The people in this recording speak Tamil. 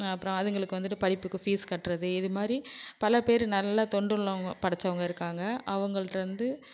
அப்புறம் அதுங்களுக்கு வந்துவிட்டு படிப்புக்கு ஃபீஸ் கட்டுறது இதுமாதிரி பல பேர் நல்ல தொண்டுள்ளவங்க படச்சவங்க இருக்காங்க அவங்கள்கிட்டருந்து